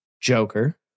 Joker